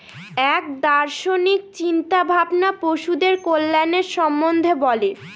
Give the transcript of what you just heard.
এক দার্শনিক চিন্তা ভাবনা পশুদের কল্যাণের সম্বন্ধে বলে